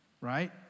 Right